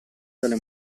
dalle